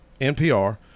NPR